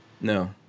No